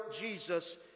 Jesus